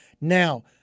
Now